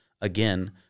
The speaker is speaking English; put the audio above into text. again